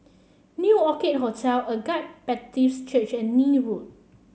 New Orchid Hotel Agape Baptist Church and Neil Road